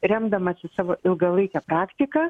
remdamasis savo ilgalaike praktika